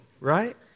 right